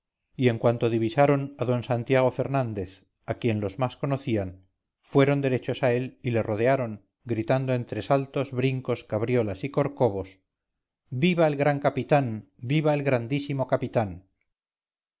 y en cuanto divisaron a d santiago fernández a quien los más conocían fueron derechos a él y le rodearon gritando entre saltos brincos cabriolas y corcovos viva el gran capitán viva el grandísimo capitán